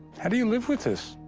how do you live with this?